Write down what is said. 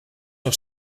nog